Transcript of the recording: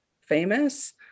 famous